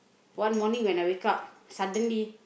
one morning when I wake up suddenly